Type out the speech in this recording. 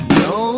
no